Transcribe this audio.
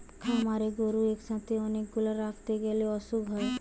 খামারে গরু একসাথে অনেক গুলা রাখতে গ্যালে অসুখ হয়